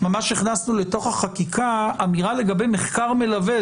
ממש הכנסנו לתוך החקיקה אמירה לגבי מחקר מלווה.